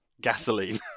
gasoline